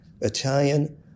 Italian